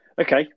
Okay